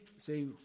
say